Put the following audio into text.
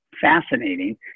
fascinating